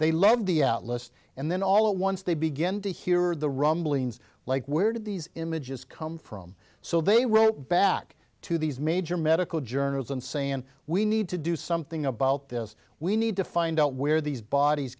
they love the atlas and then all at once they begin to hear the rumblings like where did these images come from so they wrote back to these major medical journals and saying we need to do something about this we need to find out where these bodies